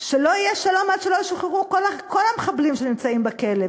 שלא יהיה שלום עד שלא ישוחררו כל המחבלים שנמצאים בכלא,